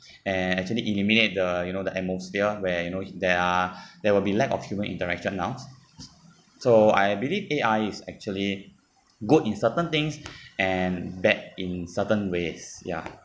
and actually eliminate the you know the atmosphere where you know there are there will be lack of human interaction now so I believe A_I is actually good in certain things and bad in certain ways ya